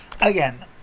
Again